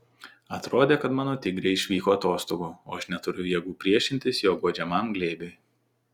atrodė kad mano tigrė išvyko atostogų o aš neturiu jėgų priešintis jo guodžiamam glėbiui